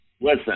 listen